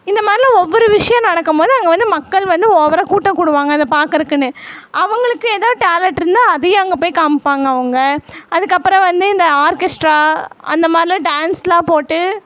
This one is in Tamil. இந்த மாதிரிலாம் ஒவ்வொரு விஷயம் நடக்கும்போது அங்கே வந்து மக்கள் வந்து ஓவராக கூட்டம் கூடுவாங்க அதை பார்க்கறக்குன்னு அவங்களுக்கு எதாது டேலண்ட் இருந்தால் அதையும் அங்கே போய் காமிப்பாங்க அவங்க அதுக்கப்புறம் வந்து இந்த ஆர்க்கெஸ்ட்ரா அந்த மாதிரிலாம் டான்ஸெலாம் போட்டு